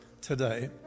today